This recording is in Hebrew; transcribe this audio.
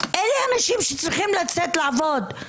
אלה אנשים שצריכים לצאת לעבוד.